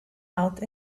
out